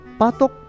Patok